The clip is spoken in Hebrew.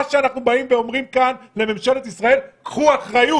אנחנו אומרים כאן לממשלת ישראל: קחו אחריות.